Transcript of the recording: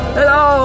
Hello